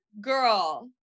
girl